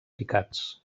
picats